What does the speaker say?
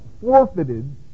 forfeited